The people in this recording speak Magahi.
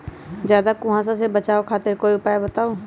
ज्यादा कुहासा से बचाव खातिर कोई उपाय बताऊ?